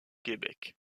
québec